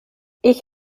ich